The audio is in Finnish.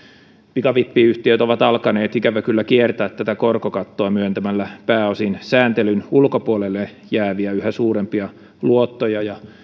pikavippiyhtiöt ovat alkaneet ikävä kyllä kiertää tätä korkokattoa myöntämällä pääosin sääntelyn ulkopuolelle jääviä yhä suurempia luottoja ja